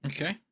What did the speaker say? Okay